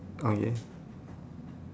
okay